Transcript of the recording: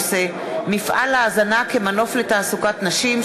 זועבי בנושא: מפעל ההזנה כמנוף לתעסוקת נשים.